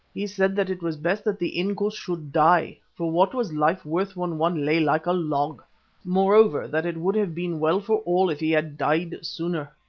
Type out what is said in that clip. he said that it was best that the inkoos should die, for what was life worth when one lay like a log moreover, that it would have been well for all if he had died sooner.